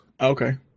Okay